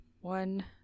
one